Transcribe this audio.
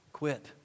Quit